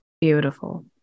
Beautiful